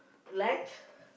like